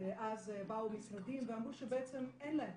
ואז באו משרדים ואמרו שבעצם אין להם,